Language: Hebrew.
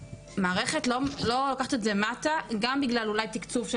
המערכת לא לוקחת את זה מטה גם בגלל אולי תקצוב של